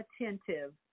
attentive